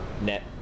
net